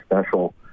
special